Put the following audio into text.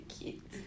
cute